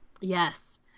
Yes